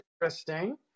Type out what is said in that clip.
Interesting